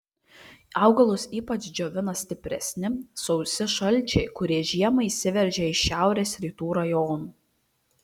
augalus ypač džiovina stipresni sausi šalčiai kurie žiemą įsiveržia iš šiaurės rytų rajonų